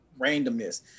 randomness